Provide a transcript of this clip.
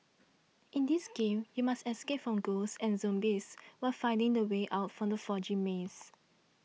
in this game you must escape from ghosts and zombies while finding the way out from the foggy maze